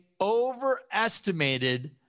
overestimated